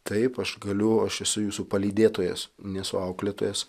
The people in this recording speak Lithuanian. taip aš galiu aš esu jūsų palydėtojas nesu auklėtojas